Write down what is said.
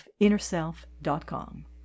InnerSelf.com